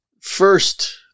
first